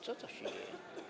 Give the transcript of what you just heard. Co to się dzieje?